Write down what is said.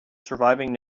surviving